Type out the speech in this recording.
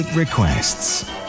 Requests